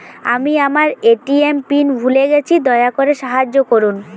আমি আমার ATM PIN ভুলে গেছি, দয়া করে সাহায্য করুন